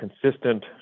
consistent